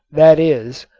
that is,